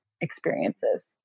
experiences